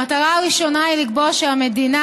המטרה הראשונה היא לקבוע שהמדינה,